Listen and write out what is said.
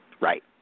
Right